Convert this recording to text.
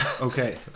Okay